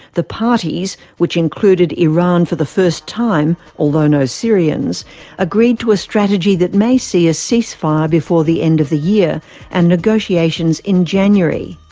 the parties which included iran for the first time, although no syrians agreed to a strategy that may see a ceasefire before the end of the year and negotiations in january.